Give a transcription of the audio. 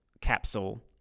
capsule